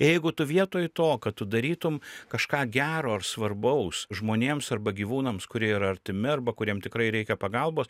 jeigu tu vietoj to kad tu darytum kažką gero ar svarbaus žmonėms arba gyvūnams kurie yra artimi arba kuriem tikrai reikia pagalbo